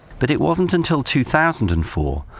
but it wasn't until two thousand and four,